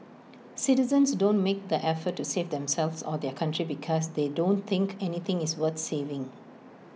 citizens don't make the effort to save themselves or their country because they don't think anything is worth saving